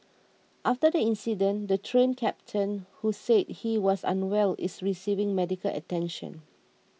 after the incident the Train Captain who said he was unwell is receiving medical attention